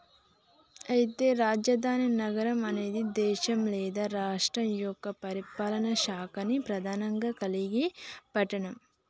అయితే రాజధాని నగరం అనేది దేశం లేదా రాష్ట్రం యొక్క పరిపాలనా శాఖల్ని ప్రధానంగా కలిగిన పట్టణం